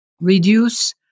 reduce